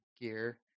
gear